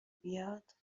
بیاد